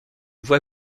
voie